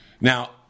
now